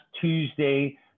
Tuesday